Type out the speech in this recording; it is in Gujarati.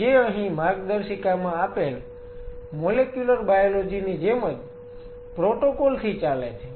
જે અહી માર્ગદર્શિકામાં આપેલ મોલેક્યુલર બાયોલોજી ની જેમજ પ્રોટોકોલ થી ચાલે છે